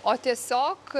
o tiesiog